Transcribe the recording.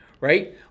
right